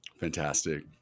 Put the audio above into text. fantastic